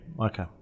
Okay